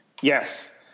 Yes